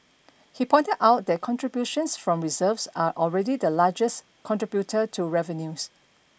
he pointed out that contributions from reserves are already the largest contributor to revenues